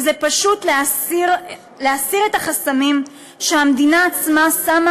וזה פשוט להסיר את החסמים שהמדינה עצמה שמה